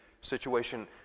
situation